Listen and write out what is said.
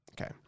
okay